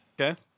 okay